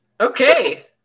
Okay